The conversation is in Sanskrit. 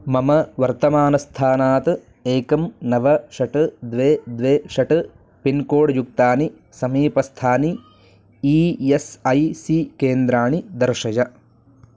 मम वर्तमानस्थानात् एकं नव षट् द्वे द्वे षट् पिन्कोड् युक्तानि समीपस्थानि ई एस् ऐ सी केन्द्राणि दर्शय